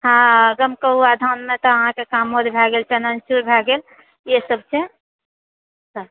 हँ गमकौआ धानमे तऽ अहाँकेँ कामोद भए गेल चन्दनचूड़ भए गेल इहे सब छै अच्छा